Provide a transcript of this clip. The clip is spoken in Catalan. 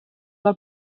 del